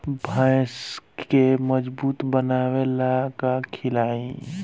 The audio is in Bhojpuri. भैंस के मजबूत बनावे ला का खिलाई?